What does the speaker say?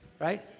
right